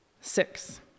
Six